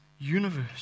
universe